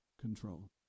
control